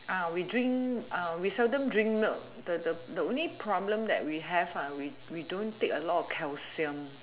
we drink we seldom drink milk the the the only problem that we have we we don't take a lot calcium